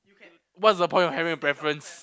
what's the point of having a preference